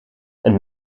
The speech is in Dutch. een